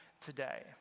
today